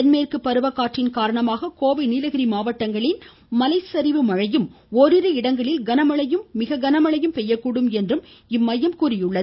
தென்மேற்கு பருவ காற்றின் காரணமாக கோவை நீலகிரி மாவட்டங்களில் மலைச்சரிவு மழையும் இடங்களில் கனமழையும் மிக கனமழையும் பெய்யக்கூடும் என இம்மையம் கூறியுள்ளது